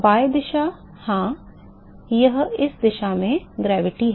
Y दिशा हाँ यह इस दिशा में गुरुत्वाकर्षण है